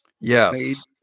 Yes